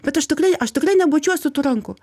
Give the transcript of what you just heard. bet aš tikrai aš tikrai nebučiuosiu tų rankų